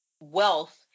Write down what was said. wealth